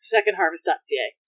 Secondharvest.ca